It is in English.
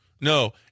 No